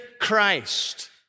Christ